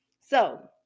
So-